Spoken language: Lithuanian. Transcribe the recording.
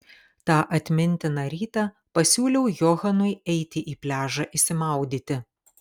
tą atmintiną rytą pasiūliau johanui eiti į pliažą išsimaudyti